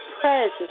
presence